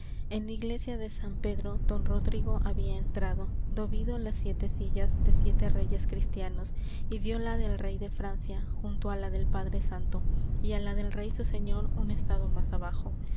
en la iglesia de san pedro don rodrigo había entrado do vido las siete sillas de siete reyes cristianos y vió la del rey de francia junto á la del padre santo y á la del rey su señor un estado más abajo